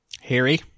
Harry